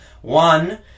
One